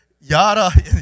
yada